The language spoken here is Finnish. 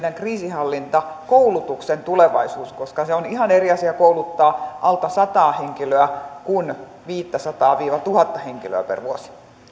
meidän kriisinhallintakoulutuksemme tulevaisuus on ihan eri asia kouluttaa alta sataa henkilöä kuin viittäsataa tuhatta henkilöä per vuosi